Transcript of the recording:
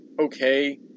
okay